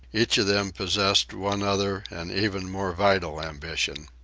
each of them possessed one other and even more vital ambition.